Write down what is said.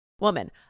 Woman